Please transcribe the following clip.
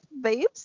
babes